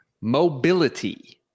Mobility